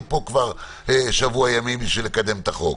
פה כבר שבוע ימים בשביל לקדם את החוק.